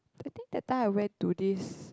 I think that time I went to this